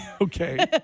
Okay